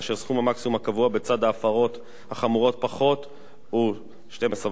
וסכום המקסימום הקבוע בצד ההפרות החמורות פחות הוא 12.5%,